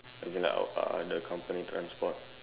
as in like our uh the company transport